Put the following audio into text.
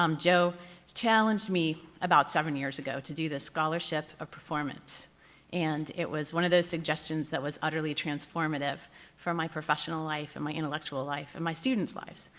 um joe challenged me about seven years ago to do the scholarship of performance and it was one of those suggestions that was utterly transformative for my professional life and my intellectual life and my students lives.